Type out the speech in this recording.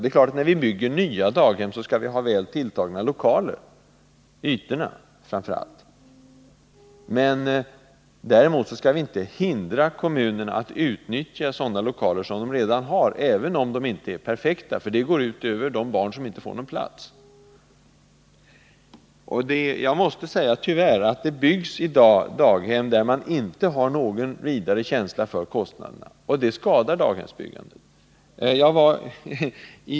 Det är klart: när vi bygger nya daghem skall vi se till att det blir väl tilltagna lokaler, framför allt beträffande ytorna. Men vi skall inte hindra kommunerna att utnyttja sådana lokaler som redan finns, även om de inte är perfekta. Detta skulle gå ut över de barn som inte får någon plats. Tyvärr byggs det i dag daghem utan någon vidare känsla för kostnaderna, och det skadar daghemsbyggandet.